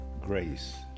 grace